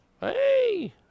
Hey